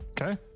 Okay